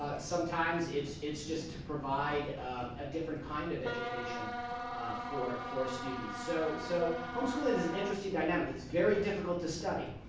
ah sometimes it's it's just to provide a different kind of education for for students. so so home schooling is an interesting dynamic. it's very difficult to study